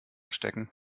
stecken